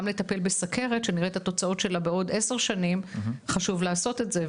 גם לטפל בסכרת שנראה את התוצאות שלה בעוד כ-10 שנים חשוב לעשות את זה,